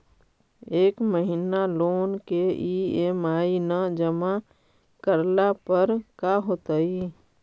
एक महिना लोन के ई.एम.आई न जमा करला पर का होतइ?